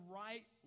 right